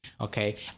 Okay